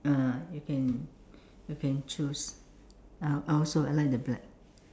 ah you can you can choose I I also I like the black